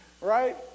right